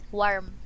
warm